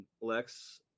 Lex